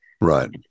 Right